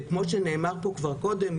וכמו שנאמר פה כבר קודם,